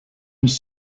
his